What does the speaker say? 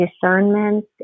discernment